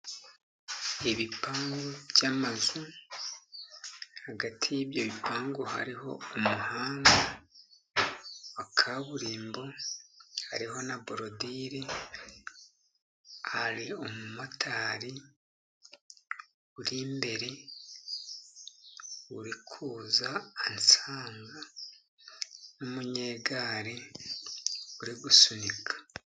Ibipangu by'amazu, hagati yibyo bipangu hariho umuhanda wa kaburimbo, hariho na borodile, hari umumotari uri imbere urikuza ansanga w'umunyegare uri gusunika.